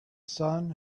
sun